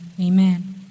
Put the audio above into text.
Amen